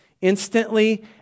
Instantly